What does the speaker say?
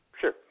Sure